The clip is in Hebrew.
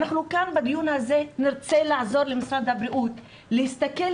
אנחנו כאן בדיון הזה נרצה לעזור למשרד הבריאות להסתכל